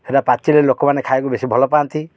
ସେଇଟା ପାଚିଲେ ଲୋକମାନେ ଖାଇବାକୁ ବେଶୀ ଭଲ ପାଆନ୍ତି